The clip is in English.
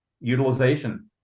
utilization